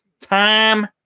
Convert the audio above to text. time